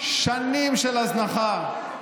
שנים של הזנחה.